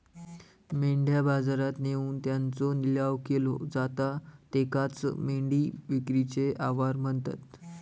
मेंढ्या बाजारात नेऊन त्यांचो लिलाव केलो जाता त्येकाचं मेंढी विक्रीचे आवार म्हणतत